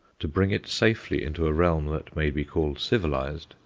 to bring it safely into a realm that may be called civilized,